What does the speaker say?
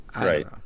right